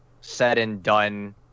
said-and-done